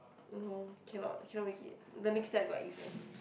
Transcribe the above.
no cannot cannot make it the next time I got exams